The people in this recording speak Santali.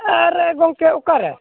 ᱟᱨᱮ ᱜᱚᱢᱠᱮ ᱚᱠᱟᱨᱮ